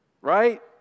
right